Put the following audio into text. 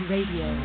Radio